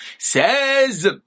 says